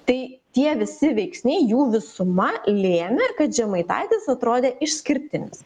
tai tie visi veiksniai jų visuma lėmė kad žemaitaitis atrodė išskirtinis